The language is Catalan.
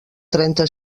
trenta